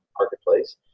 marketplace